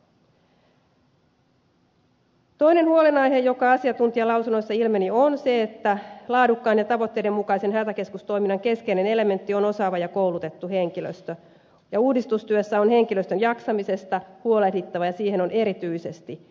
toinen huolenaihe joka asiantuntijalausunnoista ilmeni on se että laadukkaan ja tavoitteiden mukaisen hätäkeskustoiminnan keskeinen elementti on osaava ja koulutettu henkilöstö ja uudistustyössä on henkilöstön jaksamisesta huolehdittava ja siihen on erityisesti panostettava